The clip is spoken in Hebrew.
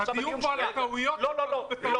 אז הדיון פה על הטעויות --- אליהו,